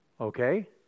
Okay